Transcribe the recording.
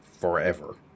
forever